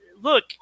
look